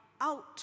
out